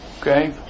Okay